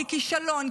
ככישלון,